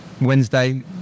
Wednesday